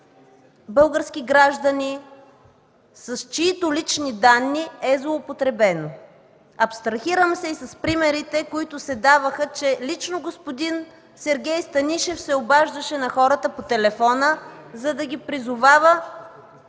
български граждани, с чиито лични данни е злоупотребено. Абстрахирам се и с примерите, които се даваха, че лично господин Сергей Станишев се обаждаше на хората по телефона, за да ги призовава